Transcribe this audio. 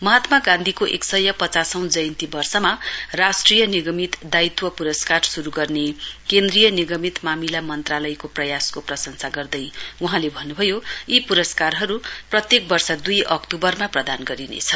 महात्मा गान्धीको एक सय पचासौं जयन्ती वर्षमा राष्ट्रिय निगमित दायित्व पुरस्कार शुरु गर्ने केन्द्रीय निगमित मामिला मन्त्रालयको प्रयासको प्रशंसा गर्दै वहाँले भन्नुभयो यी पुरस्कारहरु प्रत्येक वर्ष दुई अक्तूवर प्रदान गरिनेछ